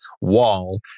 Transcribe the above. Wall